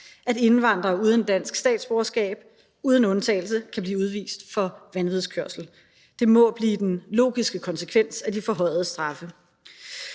at indvandrere uden dansk statsborgerskab uden undtagelse kan blive udvist for vanvidskørsel. Det må blive den logiske konsekvens af de forhøjede straffe.